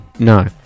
No